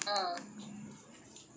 ya you are breaking